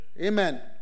Amen